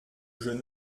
jeune